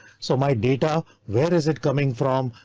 so my data where is it coming from?